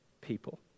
people